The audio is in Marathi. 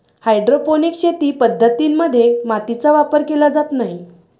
हायड्रोपोनिक शेती पद्धतीं मध्ये मातीचा वापर केला जात नाही